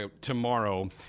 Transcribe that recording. tomorrow